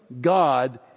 God